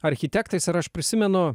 architektais ir aš prisimenu